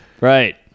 Right